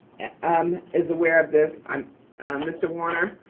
um is aware of this. um mr. warner,